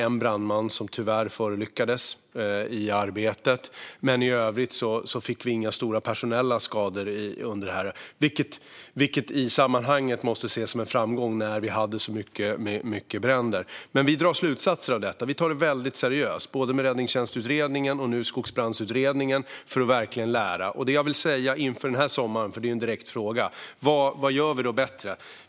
En brandman förolyckades tyvärr i arbetet, men i övrigt fick vi inga stora personella skador, vilket i sammanhanget måste ses som en framgång när det var så många bränder. Men vi tar detta väldigt seriöst och drar slutsatser av det, både med Räddningstjänstutredningen och nu med Skogsbrandsutredningen, för att verkligen lära oss. Som svar på den direkta frågan vill jag tala om vad vi gör bättre inför denna sommar.